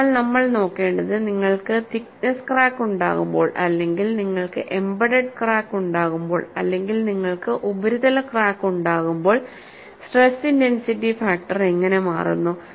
അതിനാൽ നമ്മൾ നോക്കേണ്ടത് നിങ്ങൾക്ക് തിക്നെസ്സ് ക്രാക്ക് ഉണ്ടാകുമ്പോൾഅല്ലെങ്കിൽ നിങ്ങൾക്ക് എംബെഡഡ് ക്രാക്ക് ഉണ്ടാകുമ്പോൾ അല്ളെങ്കിൽ നിങ്ങൾക്ക് ഉപരിതല ക്രാക്ക് ഉണ്ടാകുമ്പോൾ സ്ട്രെസ് ഇന്റെൻസിറ്റി ഫാക്ടർ എങ്ങനെ മാറുന്നു